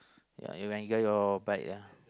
ya you enjoy your bike ya